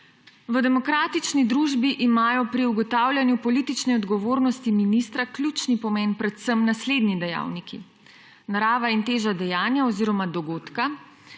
»v demokratični družbi imajo pri ugotavljanju politične odgovornosti ministra ključni pomen predvsem naslednji dejavniki: narava in teža dejanja oziroma dogodka,